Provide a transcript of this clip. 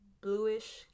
bluish